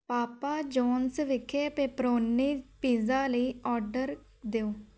ਪਾਪਾ John's ਵਿਖੇ pepperoni pizza ਲਈ order ਦਿਓ